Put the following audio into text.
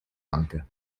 lanka